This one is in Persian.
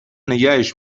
نگهش